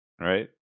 right